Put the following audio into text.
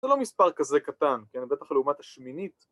זה לא מספר כזה קטן, כן, בטח לעומת השמינית